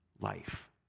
life